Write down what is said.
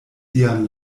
sian